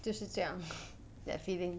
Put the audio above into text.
就是这样 that feeling